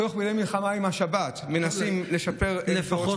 תוך כדי מלחמה עם השבת מנסים לשפר עמדות,